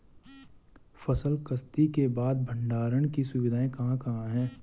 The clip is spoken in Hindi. फसल कत्सी के बाद भंडारण की सुविधाएं कहाँ कहाँ हैं?